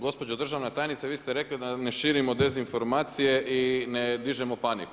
Gospođo državna tajnice, vi ste rekli da ne širimo dezinformacije i ne dižemo paniku.